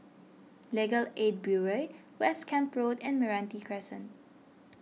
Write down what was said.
Legal Aid Bureau West Camp Road and Meranti Crescent